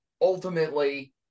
ultimately